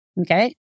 Okay